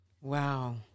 wow